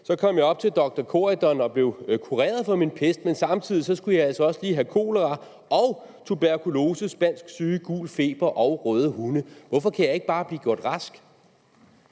så kom jeg op til doktor Corydon og blev kureret for min pest, men samtidig skulle jeg lige have kolera og tuberkulose, spansk syge, gul feber og røde hunde. Hvorfor kan jeg ikke bare blive gjort rask?